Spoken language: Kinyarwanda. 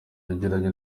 yagiranye